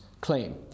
claim